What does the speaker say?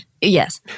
Yes